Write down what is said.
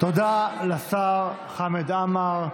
תודה לשר חמד עמאר.